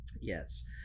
Yes